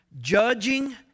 judging